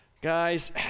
guys